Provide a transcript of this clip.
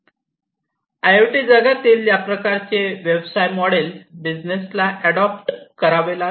IoT जगातील या प्रकारचे व्यवसाय मोडेल बिझनेस ला अॅडॉप्ट करावे लागेल